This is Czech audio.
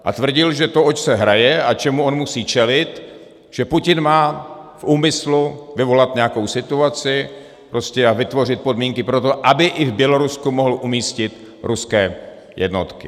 A tvrdil, že to, oč se hraje a čemu on musí čelit, že Putin má v úmyslu prostě vyvolat nějakou situaci a vytvořit podmínky pro to, aby i v Bělorusku mohl umístit ruské jednotky.